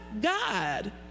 God